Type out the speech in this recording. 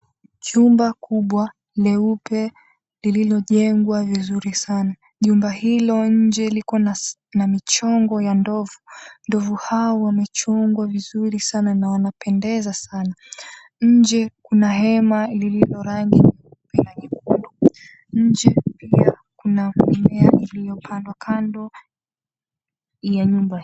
Chumba kubwa leupe lililojengwa vizuri sana. Jumba hilo nje liko na michongo ya ndovu. Ndovu hawa wamechongwa vizuri sana na wanapendeza sana. Nje kuna hema lililorangi nyeupe na nyekundu. Nje pia kuna mimea iliyopandwa kando ya nyumba hii.